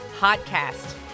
podcast